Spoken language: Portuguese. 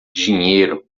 dinheiro